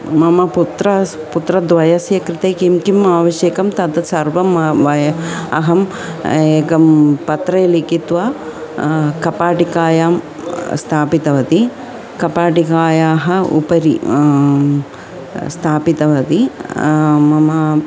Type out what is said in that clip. मम पुत्राः पुत्रद्वयस्य कृते किं किम् आवश्यकं तद् सर्वं मा मया अहं एकं पत्रे लिखित्वा कपाटिकायां स्थापितवती कपाटिकायाः उपरि स्थापितवती मम